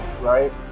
right